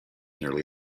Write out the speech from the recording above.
nearly